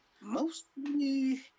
Mostly